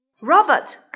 Robert